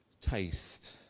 Taste